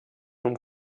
vom